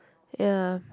ya